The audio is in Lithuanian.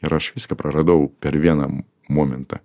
ir aš viską praradau per vieną momentą